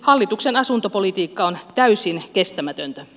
hallituksen asuntopolitiikka on täysin kestämätöntä